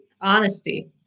honesty